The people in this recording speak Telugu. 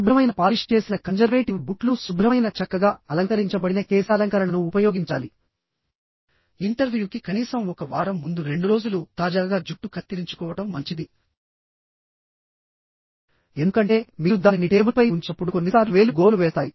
శుభ్రమైన పాలిష్ చేసిన కన్జర్వేటివ్ బూట్లు శుభ్రమైన చక్కగా అలంకరించబడిన కేశాలంకరణను ఉపయోగించాలి ఇంటర్వ్యూకి కనీసం ఒక వారం ముందు రెండు రోజులు తాజాగా జుట్టు కత్తిరించుకోవడం మంచిది ఎందుకంటే మీరు దానిని టేబుల్పై ఉంచినప్పుడు కొన్నిసార్లు వేలు గోర్లు వేస్తాయి